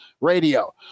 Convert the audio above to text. Radio